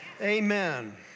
Amen